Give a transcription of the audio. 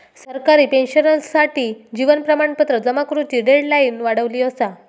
सरकारी पेंशनर्ससाठी जीवन प्रमाणपत्र जमा करुची डेडलाईन वाढवली असा